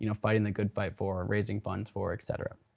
you know fighting the good fight for raising funds for et cetera.